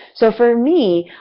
so, for me,